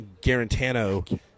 Garantano